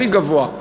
הכי גבוה.